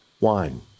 wine